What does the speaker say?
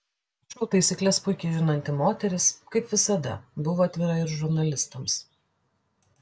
šou taisykles puikiai žinanti moteris kaip visada buvo atvira ir žurnalistams